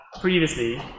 previously